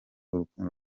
rukundo